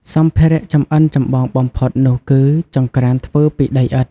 សម្ភារៈចម្អិនចម្បងបំផុតនោះគឺ ចង្ក្រានធ្វើពីដីឥដ្ឋ។